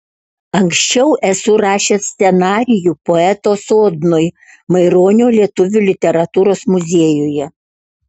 anksčiau esu rašęs scenarijų poeto sodnui maironio lietuvių literatūros muziejuje